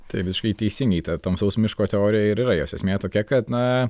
tai visiškai teisingai ta tamsaus miško teorija ir yra jos esmė tokia kad na